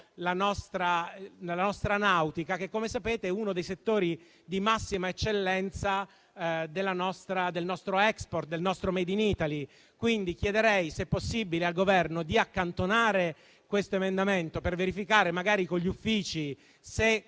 la nostra nautica, che - come sapete - è uno dei settori di massima eccellenza del nostro *export* e del nostro *made in Italy*. Chiederei, se possibile, al Governo di accantonare questo emendamento per verificare, magari con gli uffici, se